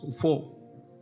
four